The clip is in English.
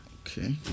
okay